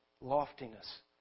loftiness